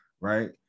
right